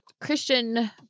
christian